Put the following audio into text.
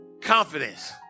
confidence